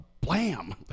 blam